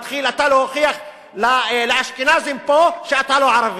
אתה מתחיל להוכיח לאשכנזים פה שאתה לא ערבי.